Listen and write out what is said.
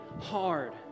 hard